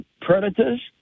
predators